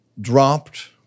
dropped